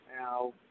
Now